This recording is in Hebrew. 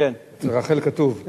אצל רחל כתוב,